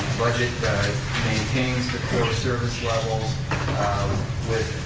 budget that maintains the core service levels with